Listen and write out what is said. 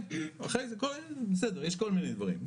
כן, בסדר, יש כל מיני דברים.